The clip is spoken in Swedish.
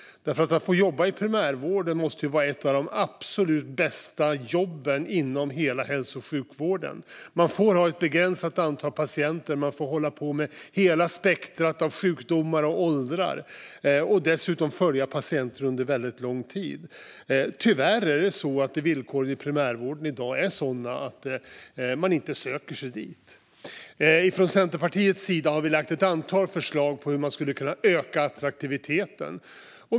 Att jobba i primärvården måste vara ett av de absolut bästa jobben inom hela hälso och sjukvården; ett begränsat antal patienter, att få arbeta med hela spektrumet av sjukdomar och åldrar samt följa patienter under lång tid. Men tyvärr är villkoren i primärvården i dag sådana att man inte söker sig dit. Vi i Centerpartiet har lagt fram ett antal förslag på hur man skulle kunna öka attraktiviteten.